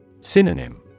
Synonym